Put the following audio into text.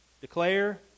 declare